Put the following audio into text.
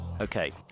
Okay